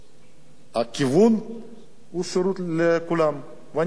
הכיוון הוא שירות לכולם, ואני מסכים עם זה.